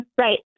Right